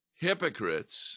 hypocrites